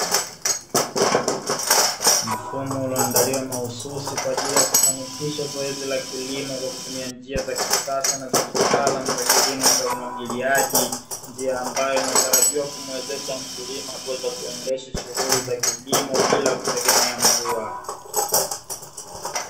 Mfumo ulioandaliwa mahususi kwa ajili ya kufanikisha zoezi la kilimo kwa kutumia njia za kisasa na za kitaalamu za kilimo cha umwagiliaji, njia ambayo inatarajiwa kumuwezesha mkulima kuweza kuendesha shughuli za kilimo bila kutegemea mvua.